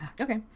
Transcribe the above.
Okay